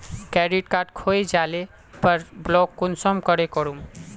Credit card खोये जाले पर ब्लॉक कुंसम करे करूम?